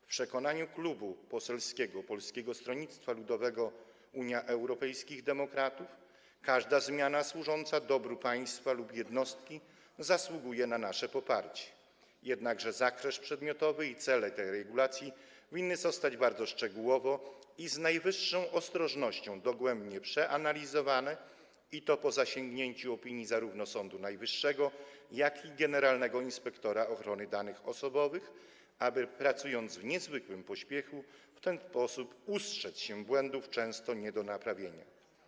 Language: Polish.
W przekonaniu Klubu Poselskiego Polskiego Stronnictwa Ludowego - Unii Europejskich Demokratów każda zmiana służąca dobru państwa lub jednostki zasługuje na poparcie, jednakże zakres przedmiotowy i cele tej regulacji winny zostać bardzo szczegółowo, z najwyższą ostrożnością, dogłębnie przeanalizowane, i to po zasięgnięciu opinii zarówno Sądu Najwyższego, jak i generalnego inspektora ochrony danych osobowych, tak aby pracując w niezwykłym pośpiechu, ustrzec się błędów, które często są nie do naprawienia.